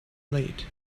late